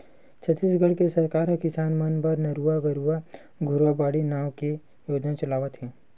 छत्तीसगढ़ के सरकार ह किसान मन बर नरूवा, गरूवा, घुरूवा, बाड़ी नांव के योजना चलावत हे